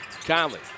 Conley